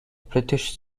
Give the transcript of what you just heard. british